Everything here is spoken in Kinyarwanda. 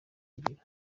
ngiro